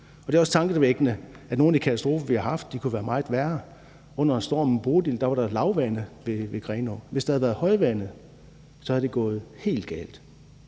Det er også tankevækkende, at nogle af de katastrofer, vi har haft, kunne have været meget værre. Under stormen Bodil var der lavvande ved Grenå, og hvis der havde været højvande, var det gået helt galt.